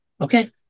Okay